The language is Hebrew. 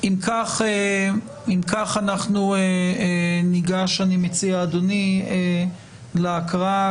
אם כך, אנחנו ניגש להקראה.